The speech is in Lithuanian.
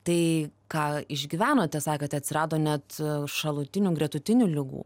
tai ką išgyvenote sakote atsirado net šalutinių gretutinių ligų